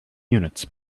units